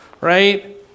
Right